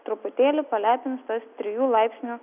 truputėlį palepins tas trijų laipsnių